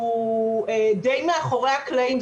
הוא די מאחורי הקלעים,